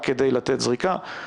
רק כדי לתת זריקה.